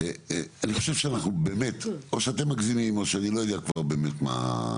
אני חושב שאנחנו באמת או שאתם מגזימים או שאני לא יודע באמת כבר מה.